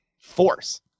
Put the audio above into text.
force